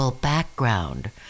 background